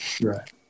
Right